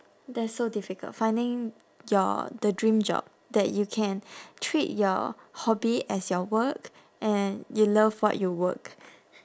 that's so difficult finding your the dream job that you can treat your hobby as your work and you love what you work